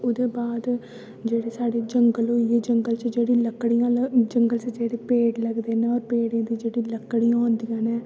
ओह्दे बाद जेह्ड़े साढ़े जंगल होई गे जंगल च जेह्ड़ी लकड़ियां न जंगल च जेह्ड़े पेड़ लगदे न और पेड़े दी जेह्ड़ी लकड़ियां होंदियां न